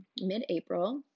mid-April